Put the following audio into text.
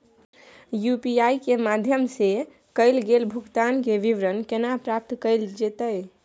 UPI के माध्यम सं कैल गेल भुगतान, के विवरण केना प्राप्त कैल जेतै?